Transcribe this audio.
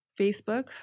Facebook